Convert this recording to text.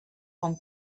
con